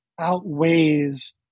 outweighs